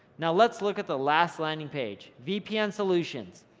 now let's look at the last landing page vpn solutions,